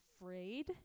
afraid